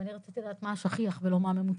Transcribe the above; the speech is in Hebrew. אני רציתי לדעת מה השכיח ולא מה הממוצע.